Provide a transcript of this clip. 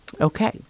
Okay